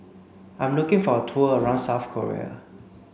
I'm looking for a tour around South Korea